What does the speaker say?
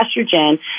estrogen